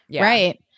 Right